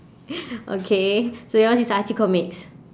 okay so yours is archie comics